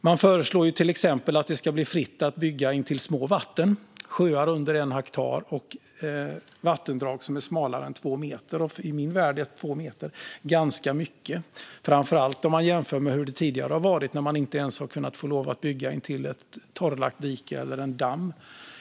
Det föreslås till exempel att det ska bli fritt att bygga intill små vatten, sjöar mindre än 1 hektar och vattendrag som är smalare än 2 meter. I min värld är 2 meter ganska mycket, framför allt om man jämför med hur det tidigare har varit när man inte ens har kunnat få lov att bygga intill ett torrlagt dike eller en damm.